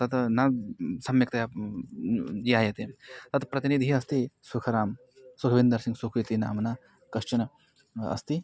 तत् न सम्यक्तया ध्यायते अतः प्रतिनिधिः अस्ति सुखरां सुखविन्दर् सिङ्ग् सुक् इति नाम्ना कश्चन अस्ति